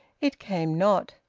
it came not.